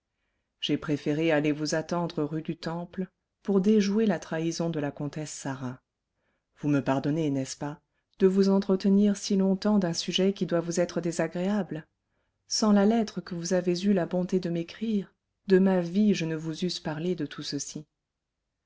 j'ai préféré aller vous attendre rue du temple pour déjouer la trahison de la comtesse sarah vous me pardonnez n'est-ce pas de vous entretenir si longtemps d'un sujet qui doit vous être désagréable sans la lettre que vous avez eu la bonté de m'écrire de ma vie je ne vous eusse parlé de tout ceci